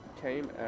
came